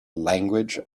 language